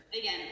again